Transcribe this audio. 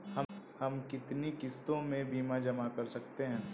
हम कितनी किश्तों में बीमा जमा कर सकते हैं?